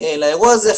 האירוע הזה,